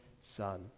son